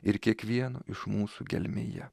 ir kiekvieno iš mūsų gelmėje